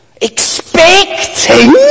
expecting